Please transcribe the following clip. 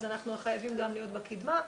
אז אנחנו חייבים גם להיות בקדמה.